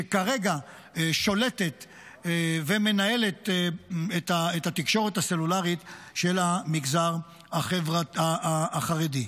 שכרגע שולטת ומנהלת את התקשורת הסלולרית של המגזר החרדי.